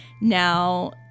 Now